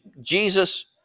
Jesus